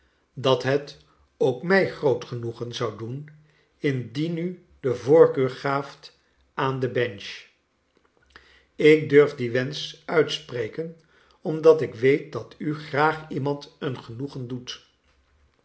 dat het ook mij groot genoegen zou doen indien u de voorkeur gaaft aan de bench ik durf dien wensch uitspreken omdat ik weet dat u graag iemand een genoegen doet